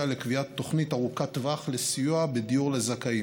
לקביעת תוכנית ארוכת טווח לסיוע בדיור לזכאים.